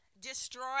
destroy